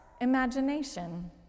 imagination